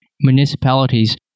municipalities